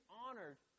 honored